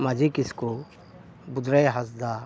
ᱢᱟᱹᱡᱷᱤ ᱠᱤᱥᱠᱩ ᱵᱩᱫᱽᱨᱟᱹᱭ ᱦᱟᱸᱥᱫᱟ